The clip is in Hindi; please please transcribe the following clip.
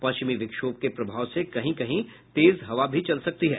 पश्चिमी विक्षोभ के प्रभाव से कहीं कहीं तेज हवा भी चल सकती है